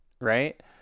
right